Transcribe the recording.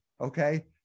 Okay